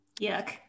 Yuck